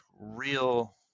real